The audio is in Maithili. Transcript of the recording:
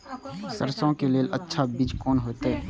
सरसों के लेल अच्छा बीज कोन होते?